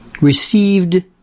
received